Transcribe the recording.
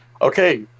Okay